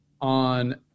on